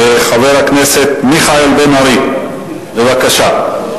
חבר הכנסת מיכאל בן-ארי, בבקשה.